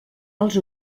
els